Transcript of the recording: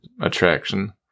attraction